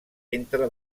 entre